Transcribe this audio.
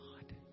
God